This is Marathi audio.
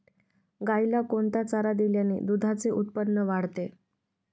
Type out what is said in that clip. गाईला कोणता चारा दिल्याने दुधाचे उत्पन्न वाढते?